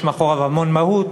יש מאחוריו המון מהות,